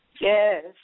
Yes